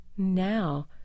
Now